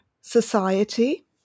society